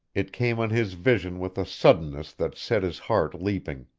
it came on his vision with a suddenness that set his heart leaping.